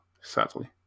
sadly